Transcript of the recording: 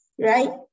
right